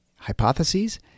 hypotheses